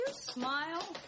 smile